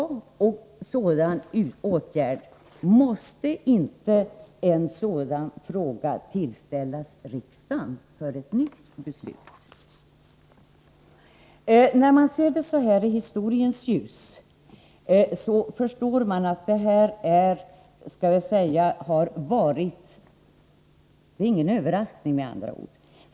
Måste inte en sådan fråga underställas riksdagen för ett nytt beslut? När man ser saken så här i historiens ljus är den här utvecklingen inte överraskande.